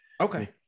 okay